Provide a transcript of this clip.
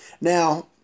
Now